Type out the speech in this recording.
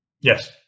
Yes